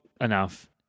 enough